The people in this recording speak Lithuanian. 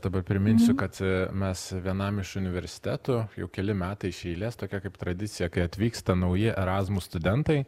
dabar priminsiu kad mes vienam iš universitetų jau keli metai iš eilės tokia kaip tradicija kai atvyksta nauji erasmus studentai